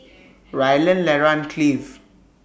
Rylan Lera and Cleave